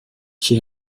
she